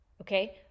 okay